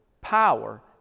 power